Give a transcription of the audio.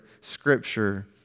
scripture